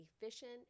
efficient